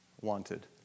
wanted